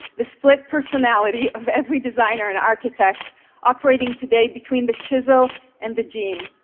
the split personality of every designer and architect operating today between the chisel and the gene,